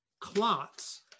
clots